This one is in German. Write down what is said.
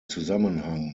zusammenhang